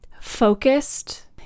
focused